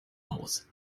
aus